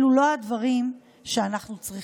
אלו לא הדברים שאנחנו צריכים.